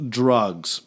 drugs